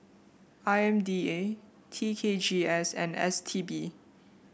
I M D A T K G S and S T B